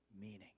meaning